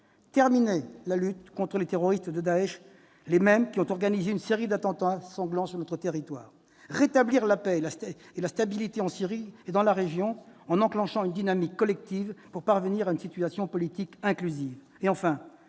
terminer la lutte contre les terroristes de Daech- les mêmes qui ont organisé une série d'attentats sanglants sur notre territoire -, rétablir la paix et la stabilité en Syrie et dans la région, en enclenchant une dynamique collective pour parvenir à une solution politique inclusive,